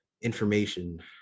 information